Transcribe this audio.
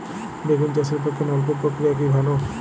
বেগুন চাষের পক্ষে নলকূপ প্রক্রিয়া কি ভালো?